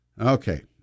Okay